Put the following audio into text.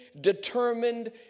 determined